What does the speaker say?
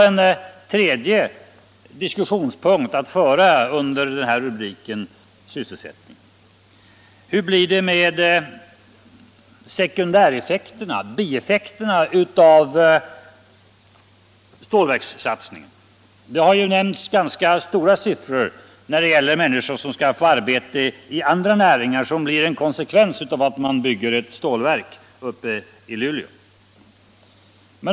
En tredje diskussionspunkt är hur det blir med bieffekterna av stålverkssatsningen. Det har nämnts ganska höga siffror när det gäller människor som skall få arbete i andra näringar som blir en konsekvens av att man bygger ett stålverk i Luleå.